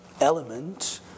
element